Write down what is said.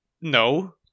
No